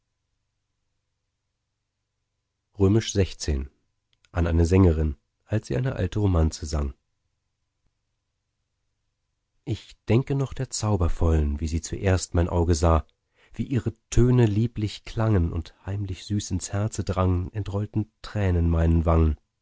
an eine sängerin als sie eine alte romanze sang ich denke noch der zaubervollen wie sie zuerst mein auge sah wie ihre töne lieblich klangen und heimlich süß ins herze drangen entrollten tränen meinen wangen